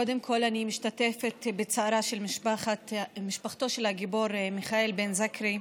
קודם כול אני משתתפת בצערה של משפחתו של הגיבור מיכאל בן זיקרי.